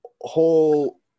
whole